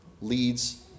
Leads